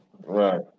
Right